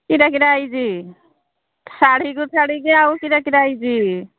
କେଇଟା କେଇଟା ହେଇଛି ଶାଢ଼ୀକି ଛାଡ଼ିକି ଆଉ କେଇଟା କେଇଟା ହେଇଛି